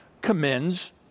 commends